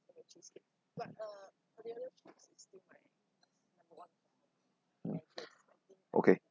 okay